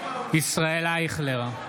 ישראל אייכלר,